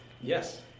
yes